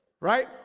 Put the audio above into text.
right